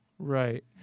Right